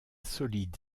solide